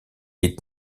est